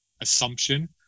assumption